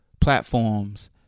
platforms